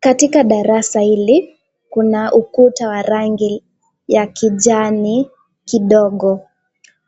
Katika darasa hili, kuna ukuta wa rangi ya kijani kidogo.